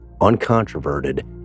uncontroverted